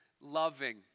loving